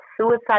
suicide